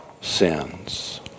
sins